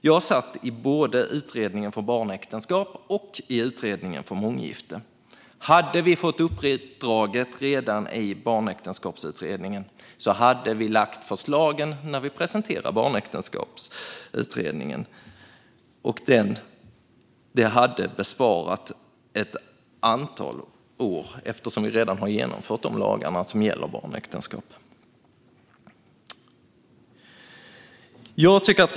Jag satt med både i utredningen om barnäktenskap och i utredningen om månggifte. Hade vi fått uppdraget redan i barnäktenskapsutredningen hade vi lagt fram förslag när vi presenterade vår utredning. Det hade sparat in ett antal år, för lagarna som gäller barnäktenskap har vi redan infört.